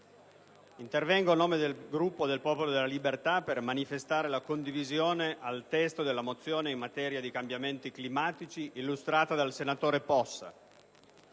intervengo a nome del Gruppo del Popolo della Libertà per manifestare condivisione al testo della mozione n. 107 (testo 3), in materia di cambiamenti climatici, illustrata dal senatore Possa.